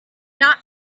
not